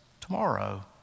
tomorrow